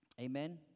Amen